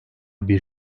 bir